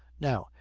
now,